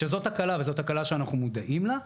שזו תקלה וזו תקלה שאנחנו מודעים לה,